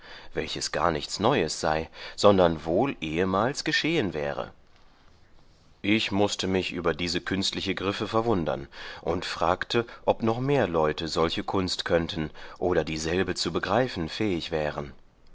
welches gar nichts neues sei sondern wohl ehemals geschehen wäre ich mußte mich über diese künstliche griffe verwundern und fragte ob noch mehr leute solche kunst könnten oder dieselbe zu begreifen fähig wären